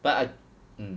but I mm